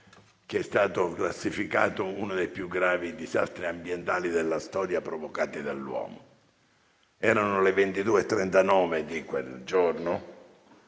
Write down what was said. che è stato classificato uno dei più gravi disastri ambientali della storia provocati dall'uomo. Erano le ore 22,39 di quel giorno